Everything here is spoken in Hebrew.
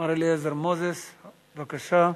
מר אליעזר מוזס, בבקשה.